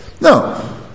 No